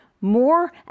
more